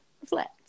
reflect